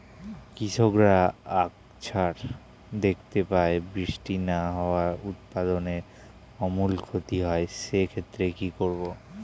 কৃষকরা আকছার দেখতে পায় বৃষ্টি না হওয়ায় উৎপাদনের আমূল ক্ষতি হয়, সে ক্ষেত্রে কি করব?